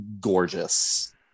gorgeous